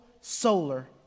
solar